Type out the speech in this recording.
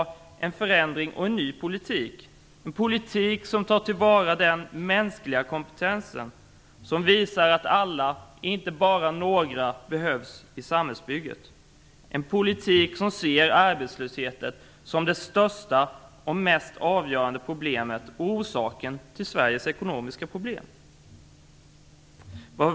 De ville ha en politik som tar till vara den mänskliga kompetensen och som visar att alla, inte bara några, behövs i samhällsbygget, en politik som ser arbetslösheten som det största och mest avgörande problemet och som orsaken till Sveriges ekonomiska problem.